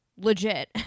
legit